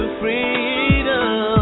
freedom